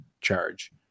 charge